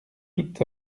tout